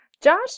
Josh